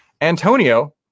Antonio